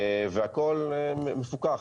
והכול מפוקח.